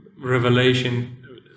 revelation